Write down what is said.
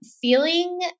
feeling